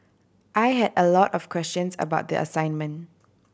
I had a lot of questions about the assignment